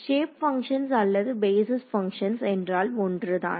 shape functions அல்லது basis functions என்றால் ஒன்றுதான்